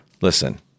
Listen